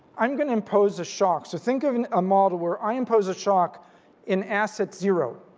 i'm going to impose a shock. so think of and a model where i impose a shock in assets zero.